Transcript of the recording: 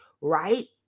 right